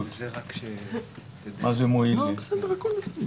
אשרות שונות של מי מוגדר כתושב לעניין